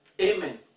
amen